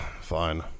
fine